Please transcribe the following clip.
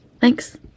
Thanks